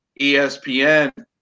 ESPN